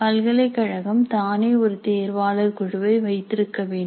பல்கலைக்கழகம் தானே ஒரு தேர்வாளர் குழுவை வைத்திருக்க வேண்டும்